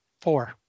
four